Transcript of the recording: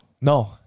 no